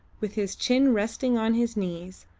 with his chin resting on his knees,